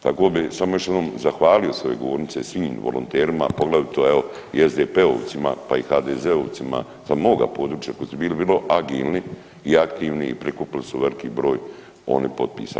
Tako bi samo još jednom zahvalio s ove govornice svim volonterima, poglavito evo i SDP-ovcima, pa i HDZ-ovcima sa moga područja koji su bili vrlo agilni i aktivni i prikupili su veliki broj ondje potpisa.